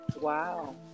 Wow